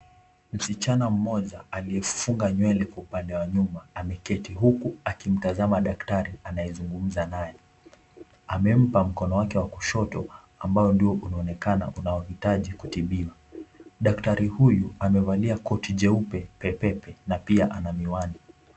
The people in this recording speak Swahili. Msichana mmoja aliyevunga nywele kwa upande wa nyuma ameketi huku akimtazama Daktari anayezungumza naye, amempa mkono wa kushoto ambao unaonekana kuwa na uhitaji wa kutibiwa. Daktari huyu amevalia koti jeupe pepepe na pia ana miwani.